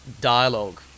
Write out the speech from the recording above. dialogue